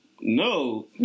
No